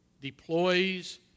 deploys